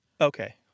Okay